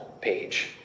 page